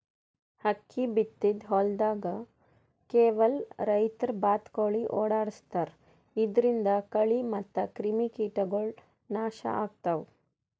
ಅಕ್ಕಿ ಬಿತ್ತಿದ್ ಹೊಲ್ದಾಗ್ ಕೆಲವ್ ರೈತರ್ ಬಾತ್ಕೋಳಿ ಓಡಾಡಸ್ತಾರ್ ಇದರಿಂದ ಕಳಿ ಮತ್ತ್ ಕ್ರಿಮಿಕೀಟಗೊಳ್ ನಾಶ್ ಆಗ್ತಾವ್